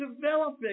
Developing